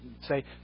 say